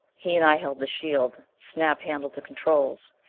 he and i held the shield snap handled the controls.